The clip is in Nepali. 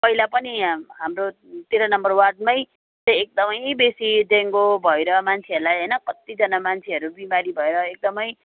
पहिला पनि हाम्रो तेह्र नम्बर वार्डमै चाहिँ एकदमै बेसी डेङ्गु भएर मान्छेहरूलाई होइन कत्तिजना मान्छेहरू बिमारी भएर एकदमै